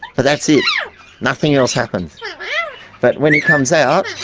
but that's it yeah nothing else happens but when he comes out,